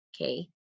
okay